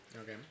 Okay